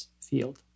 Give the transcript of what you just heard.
field